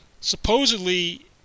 supposedly